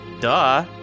Duh